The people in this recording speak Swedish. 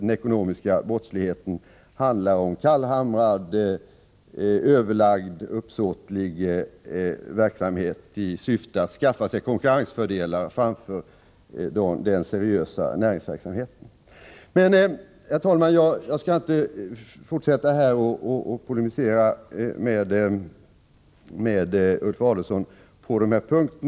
Den ekonomiska brottsligheten handlar om kallhamrad, uppsåtlig verksamhet i syfte att skaffa sig konkurrensfördelar framför de seriösa näringsidkarna. Herr talman! Jag skall inte fortsätta att polemisera mot Ulf Adelsohn på dessa punkter.